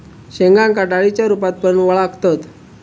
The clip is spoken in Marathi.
शेंगांका डाळींच्या रूपात पण वळाखतत